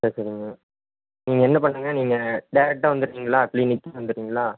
சரிங்க நீங்கள் என்ன பண்ணுங்கள் நீங்கள் டேரெக்ட்டாக வந்துடுரீங்களா கிளினிக்கு வந்துடுரீங்களா